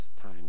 time